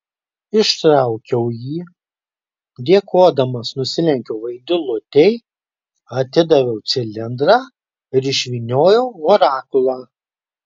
ištraukiau jį dėkodamas nusilenkiau vaidilutei atidaviau cilindrą ir išvyniojau orakulą